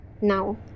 Now